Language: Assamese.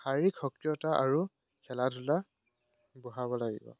শাৰীৰিক সক্ৰিয়তা আৰু খেলা ধূলা বঢ়াব লাগিব